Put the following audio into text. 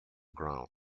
ground